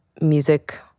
music